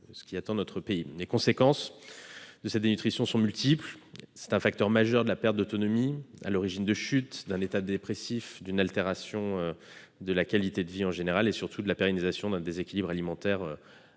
ce qui attend notre pays ... Les conséquences de la dénutrition sont multiples. C'est un facteur majeur de la perte d'autonomie à l'origine de chutes, d'un état dépressif, d'une altération de la qualité de vie en général et, surtout, de la pérennisation d'un déséquilibre alimentaire aggravant